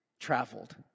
traveled